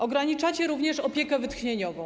Ograniczacie również opiekę wytchnieniową.